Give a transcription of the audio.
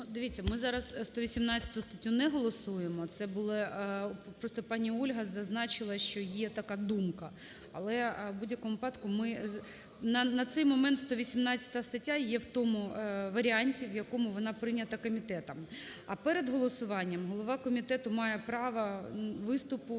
дивіться, ми зараз 118 статтю не голосуємо. Це були… Просто пані Ольга зазначила, що є така думка. Але в будь-якому випадку ми… На цей момент 118 стаття є в тому варіанті, в якому вона прийнята комітетом. А перед голосуванням голова комітету має право виступу